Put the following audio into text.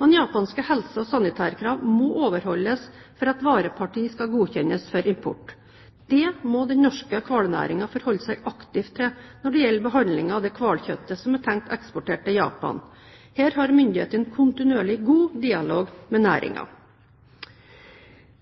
men japanske helse- og sanitærkrav må overholdes for at vareparti skal godkjennes for import. Det må den norske hvalnæringen forholde seg aktivt til når det gjelder behandlingen av det hvalkjøttet som er tenkt eksportert til Japan. Her har myndighetene kontinuerlig god dialog med næringen.